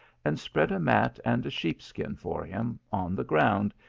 and spread a mat and a sheep skin for him, on the ground,